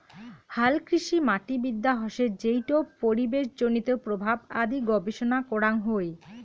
হালকৃষিমাটিবিদ্যা হসে যেইটো পরিবেশজনিত প্রভাব আদি গবেষণা করাং হই